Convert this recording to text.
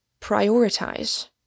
prioritize